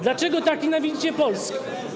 Dlaczego tak nienawidzicie Polski?